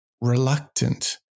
reluctant